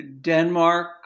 Denmark